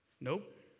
Nope